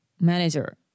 manager